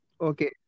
okay